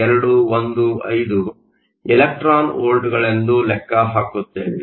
215 electron ವೋಲ್ಟ್ಗಳೆಂದು ಲೆಕ್ಕ ಹಾಕುತ್ತೇವೆ